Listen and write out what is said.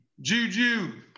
Juju